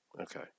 okay